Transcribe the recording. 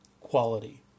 Quality